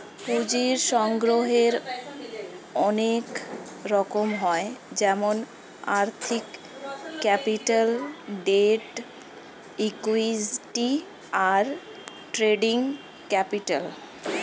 পুঁজির সংগ্রহের অনেক রকম হয় যেমন আর্থিক ক্যাপিটাল, ডেট, ইক্যুইটি, আর ট্রেডিং ক্যাপিটাল